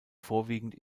vorwiegend